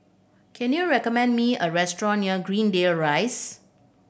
can you recommend me a restaurant near Greendale Rise